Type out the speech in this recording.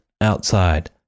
Outside